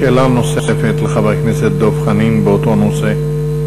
שאלה נוספת לחבר הכנסת דב חנין באותו נושא.